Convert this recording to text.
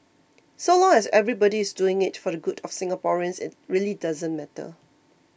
so long as everybody is doing it for the good of Singaporeans it really doesn't matter